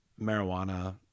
marijuana